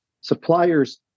Suppliers